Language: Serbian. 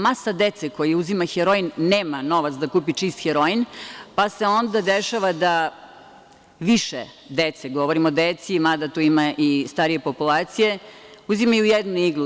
Masa dece koja uzima heroin nema novac da kupi čist heroin, pa se onda dešava da više dece, govorim o deci mada tu ima i starije populacije, uzimaju jednu iglu.